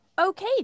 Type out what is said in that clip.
Okay